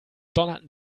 donnerten